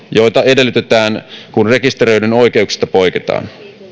joita edellytetään kun rekisteröidyn oikeuksista poiketaan